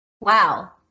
Wow